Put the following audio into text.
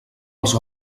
els